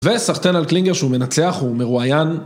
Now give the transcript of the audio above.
ושחקן על קלינגר שהוא מנצח, הוא מרואיין